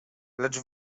lecz